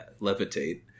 levitate